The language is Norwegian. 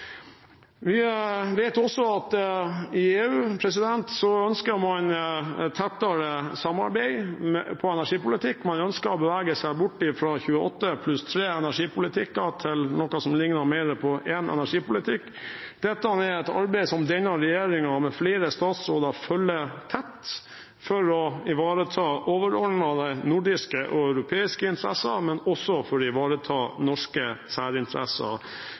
EU ønsker man tettere samarbeid om energipolitikk. Man ønsker å bevege seg bort fra 28+3-energipolitikk til noe som ligner mer på én energipolitikk. Dette er et arbeid som denne regjeringen med flere statsråder følger tett, for å ivareta overordnede nordiske og europeiske interesser, men også for å ivareta norske særinteresser